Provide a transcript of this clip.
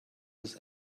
his